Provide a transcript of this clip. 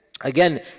again